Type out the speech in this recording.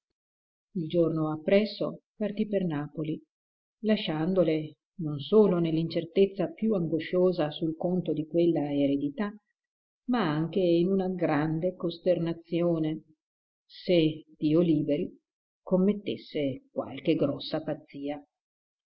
il giorno appresso partì per napoli lasciandole non solo nell'incertezza più angosciosa sul conto di quella eredità ma anche in una grande costernazione se dio liberi commettesse qualche grossa pazzia